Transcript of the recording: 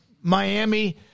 Miami